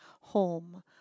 home